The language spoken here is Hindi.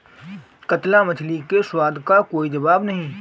कतला मछली के स्वाद का कोई जवाब नहीं